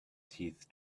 teeth